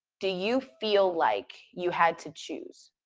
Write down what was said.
do you feel like you had to choose?